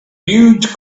huge